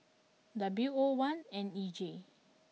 W O one N E J